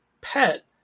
pet